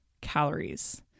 calories